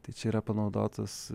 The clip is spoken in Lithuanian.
tai čia yra panaudotas